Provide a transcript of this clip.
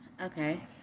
Okay